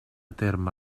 terme